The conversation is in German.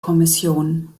kommission